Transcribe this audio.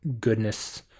goodness